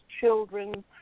children